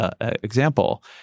example